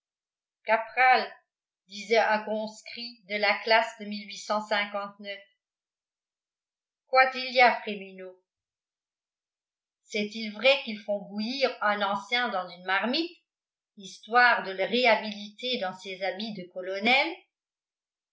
cap'ral disait un conscrit de la classe de quoi t il y a fréminot c'est-il vrai qu'ils font bouillir un ancien dans une marmite histoire de le réhabiliter dans ses habits de colonel